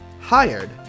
Hired